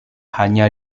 hanya